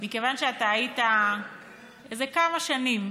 מכיוון שאתה היית איזה כמה שנים